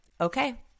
okay